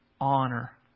honor